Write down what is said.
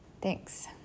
Thanks